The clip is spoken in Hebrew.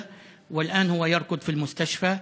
מכוויות קשות ועכשיו הוא שוכב בבית-חולים.